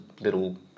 little